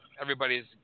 everybody's